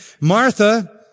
Martha